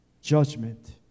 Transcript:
Judgment